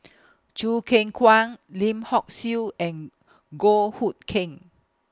Choo Keng Kwang Lim Hock Siew and Goh Hood Keng